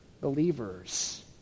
believers